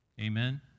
Amen